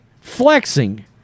flexing